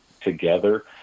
together